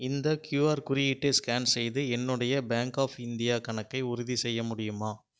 இந்த கியூஆர் குறியீட்டை ஸ்கேன் செய்து என்னுடைய பேங்க் ஆஃப் இந்தியா கணக்கை உறுதிசெய்ய முடியுமா